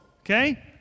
Okay